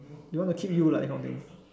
they want to keep you lah that kind of thing